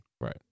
Right